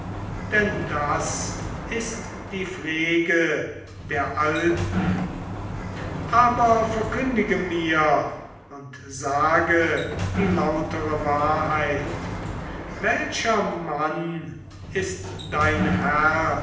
denn das ist die pflege der alten aber verkündige mir und sage die lautere wahrheit welcher mann ist dein herr